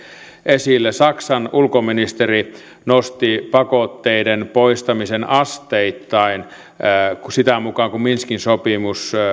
esille saksan ulkoministeri nosti pakotteiden poistamisen asteittain sitä mukaa kun minskin sopimus